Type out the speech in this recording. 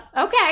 okay